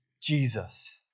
Jesus